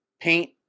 Paint